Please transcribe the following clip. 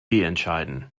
entscheiden